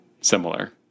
Similar